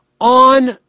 on